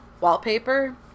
wallpaper